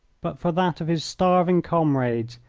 but for that of his starving comrades,